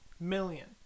million